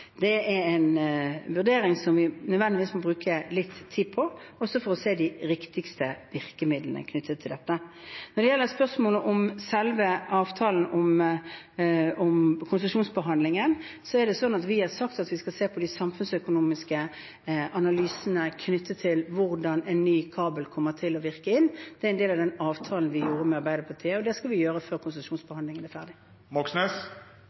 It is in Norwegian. Det er en vurdering som vi nødvendigvis må bruke litt tid på, også for å se de riktigste virkemidlene knyttet til dette. Når det gjelder spørsmålet om selve avtalen om konsesjonsbehandlingen, har vi sagt at vi skal se på de samfunnsøkonomiske analysene knyttet til hvordan en ny kabel kommer til å virke inn. Det er en del av den avtalen vi gjorde med Arbeiderpartiet, og det skal vi gjøre før